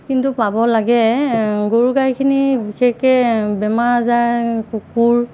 কিন্তু পাব লাগে গৰু গাইখিনি বিশেষকৈ বেমাৰ আজাৰ কুকুৰ